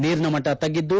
ನೀರಿನ ಮಟ್ಟ ತಗ್ಗಿದ್ದು